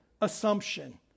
assumption